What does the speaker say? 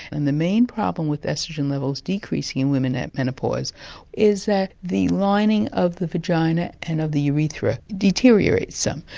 and the main problem with oestrogen levels decreasing in women at menopause is that the lining of the vagina and of the urethra, deteriorates some,